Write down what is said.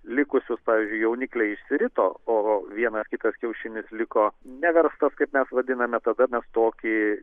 likusius pavyzdžiui jaunikliai išsirito o vienas kitas kiaušinis liko neverstas kaip mes vadiname tada mes tokį